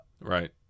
Right